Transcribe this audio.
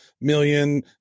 million